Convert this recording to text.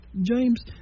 James